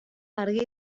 argi